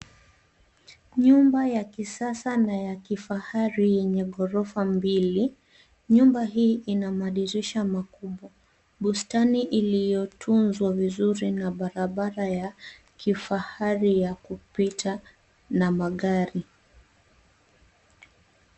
Nyumba ya kisasa na ya kifahari yenye ghorofa mbili. Nyumba hii ina madirisha makubwa, bustani iliyotunzwa vizuri na barabara ya kifahari ya kupita na magari.